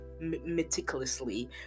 meticulously